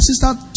sister